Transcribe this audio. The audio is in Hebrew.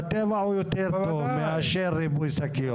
בטבע הוא יותר טוב מאשר ריבוי שקיות.